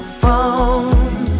phone